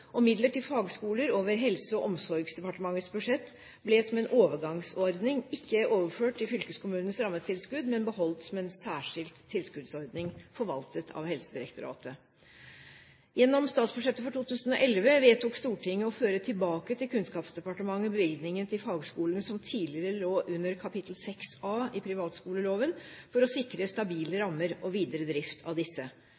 Midler til fagskoler over Helse- og omsorgsdepartementets budsjett ble som en overgangsordning ikke overført til fylkeskommunenes rammetilskudd, men beholdt som en særskilt tilskuddsordning forvaltet av Helsedirektoratet. Gjennom statsbudsjettet for 2011 vedtok Stortinget å føre tilbake til Kunnskapsdepartementet bevilgningen til fagskolene som tidligere lå under kap. 6A i privatskoleloven, for å sikre stabile